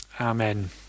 amen